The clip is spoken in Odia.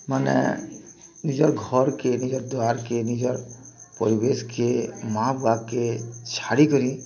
ମାନେ ନିଜର୍ ଘର୍କେ ନିଜର୍ ଦ୍ୱାର୍କେ ନିଜର୍ ପରିବେଶ୍କେ ମାଆବୁଆକେ ଛାଡ଼ିକରି